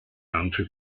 country